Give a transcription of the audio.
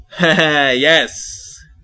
yes